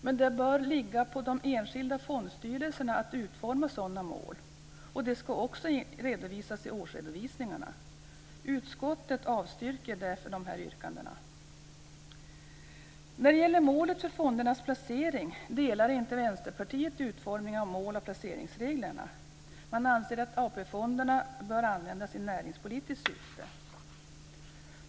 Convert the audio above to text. Men det bör ligga på de enskilda fondstyrelserna att utforma sådana mål. Dessa ska också framgå av årsredovisningarna. Utskottet avstyrker därför dessa yrkanden. När det gäller målet för fondernas placering delar inte Vänsterpartiet utformningen av mål och placeringsreglerna. Man anser att AP-fonderna bör användas i näringspolitiskt syfte.